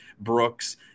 Brooks